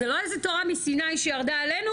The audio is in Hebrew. זה לא איזה תורה מסיני שירדה עלינו,